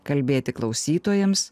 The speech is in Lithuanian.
kalbėti klausytojams